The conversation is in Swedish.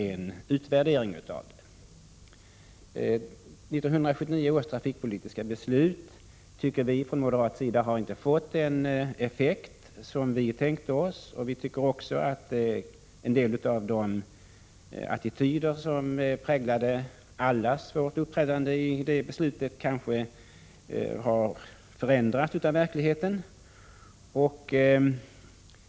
1979 års trafikpolitiska beslut har inte, tycker vi från moderat sida, fått den effekt som vi tänkte oss. Vi tycker också att en del av de attityder som präglade allas vårt uppträdande då beslutet fattades kanske har förändrats av verkligheten.